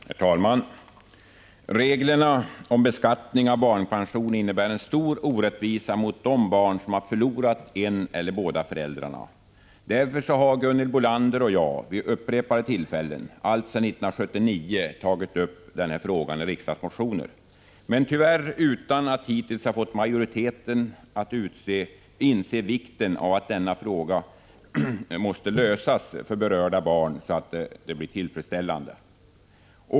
Herr talman! Reglerna för beskattning av barnpension innebär en stor orättvisa mot de barn som har förlorat en eller båda föräldrarna. Därför har Gunhild Bolander och jag vid upprepade tillfällen sedan 1979 tagit upp denna fråga i riksdagsmotioner, men tyvärr utan att hittills ha fått majoriteten att inse vikten av att denna fråga löses på ett tillfredsställande sätt för berörda barn.